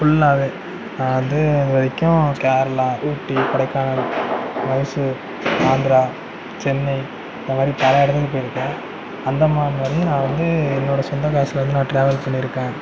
ஃபுல்லாகவே நான் வந்து இதுவரைக்கும் கேரளா ஊட்டி கொடைக்கானல் மைசூர் ஆந்திரா சென்னை இந்தமாதிரி பல இடங்களுக்குப் போயி இருக்கேன் அந்தமான் வரையும் நான் வந்து என்னோட சொந்தக் காசில் இருந்து நான் ட்ராவல் பண்ணி இருக்கேன்